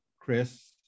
Chris